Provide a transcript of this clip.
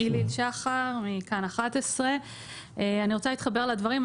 אני רוצה להתחבר לדברים.